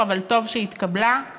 אז אתה יכול להגיד את הדברים שלך.